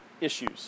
issues